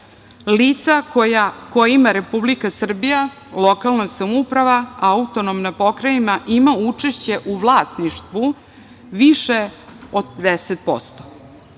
lica kojima Republika Srbija, lokalna samouprava, autonomna pokrajina, ima učešće u vlasništvu više od 10%.